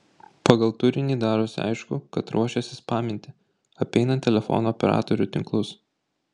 pagal turinį darosi aišku kad ruošiasi spaminti apeinant telefono operatorių tinklus